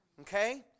Okay